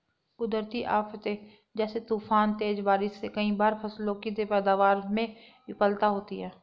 कुदरती आफ़ते जैसे तूफान, तेज बारिश से कई बार फसलों की पैदावार में विफलता होती है